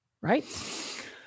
Right